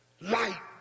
light